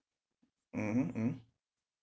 mmhmm mmhmm